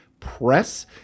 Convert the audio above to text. press